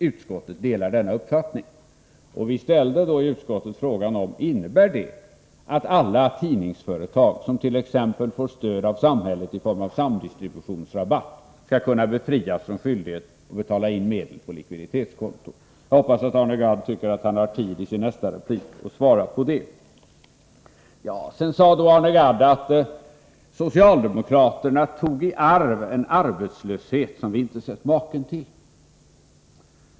Utskottet delar denna uppfattning.” Vi ställde i utskottet frågan om detta innebär att alla tidningsföretag som t.ex. får stöd från samhället i form av samdistributionsrabatt skall kunna befrias från skyldighet att betala in medel på likviditetskonto. Jag hoppas att Arne Gadd tycker att han har tid i sitt nästa anförande att svara på det. Arne Gadd sade: Socialdemokraterna tog i arv en arbetslöshet som vi inte sett maken till.